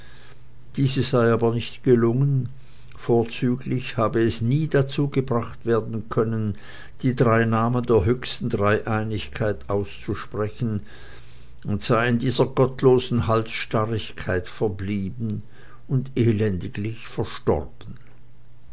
dieses sei aber nicht gelungen vorzüglich habe es nie dazu gebracht werden können die drei namen der höchsten dreieinigkeit auszusprechen und sei in dieser gottlosen halsstarrigkeit verblieben und elendiglich verstorben